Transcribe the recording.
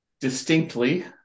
distinctly